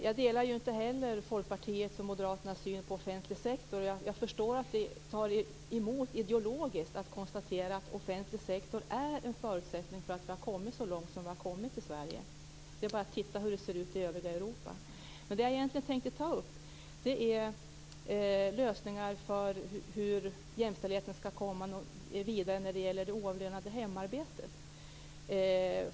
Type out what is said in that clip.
Jag delar inte heller Folkpartiets och Moderaternas syn på offentlig sektor. Jag förstår att det tar emot ideologiskt att konstatera att offentlig sektor är en förutsättning för att vi har kommit så långt som vi har gjort i Sverige. Det är bara att se hur det ser ut i övriga Europa. Det jag egentligen tänkte ta upp är lösningar för att jämställdheten skall komma vidare när det gäller det oavlönade hemarbetet.